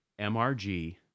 MRG